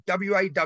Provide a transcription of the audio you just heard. WAW